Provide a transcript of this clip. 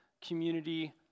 community